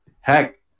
heck